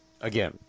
Again